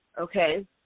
okay